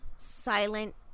silent